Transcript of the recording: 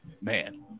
man